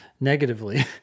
negatively